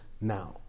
now